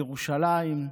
בירושלים,